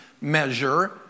measure